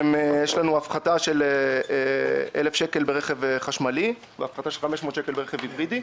יש לנו הפחתה של 1,000 שקל ברכב חשמל והפחתה של 500 שקל ברכב היברידי.